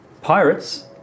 Pirates